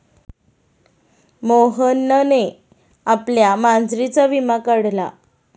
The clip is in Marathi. मोहनने आपल्या मांजरीचा विमा काढला